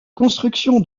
construction